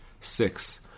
Six